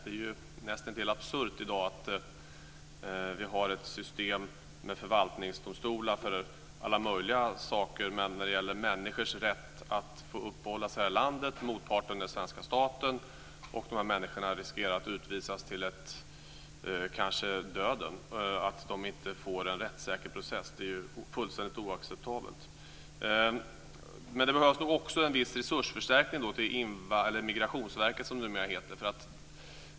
Det är näst intill absurt i dag: Vi har ett system med förvaltningsdomstolar för alla möjliga saker, men när det gäller människors rätt att uppehålla sig här i landet, motparten är den svenska staten och dessa människor riskerar att utvisas kanske till döden får de inte en rättssäker process. Det är fullständigt oacceptabelt. Men det behövs nog också en viss resursförstärkning till Migrationsverket, som det numera heter.